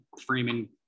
Freeman